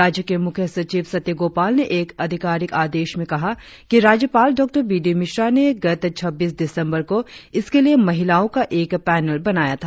राज्य के मुख्य सचिव सत्य गोपाल ने एक अधिकारिक आदेश में कहा कि राज्यपाल डॉ बी डी मिश्रा ने गत छब्बीस दिसंबर को इसके लिए महिलाओं का एक पैनल बनाया था